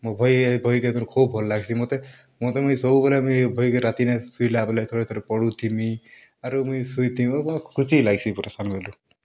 ମୋର୍ ବହି ହେ ବହି କେ ଖୋବ୍ ଭଲ୍ ଲାଗ୍ସି ମତେ ମତେ ମୁଇଁ ସବୁବେଲେ ମୁଇଁ ବହିକେ ରାତିନେ ଶୁଇଲା ବେଲେ ଥରେ ଥରେ ପଢ଼ୁଥିମି ଆରୁ ମୁଇଁ ଶୁଇଥିମି ପୁରା ଖୁସି ଲାଗ୍ସି ପୂରା ସାନ୍ବେଲୁ